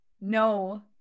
No